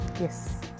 yes